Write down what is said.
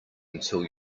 until